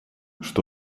что